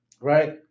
right